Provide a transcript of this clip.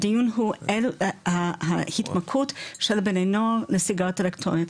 הדיון הוא ההתמכרות של בני הנוער לסיגריות אלקטרוניות,